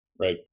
Right